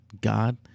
God